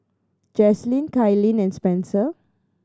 Jaslene Kailyn and Spencer